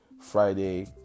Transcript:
Friday